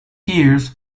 years